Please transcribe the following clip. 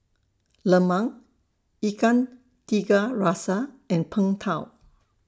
Lemang Ikan Tiga Rasa and Png Tao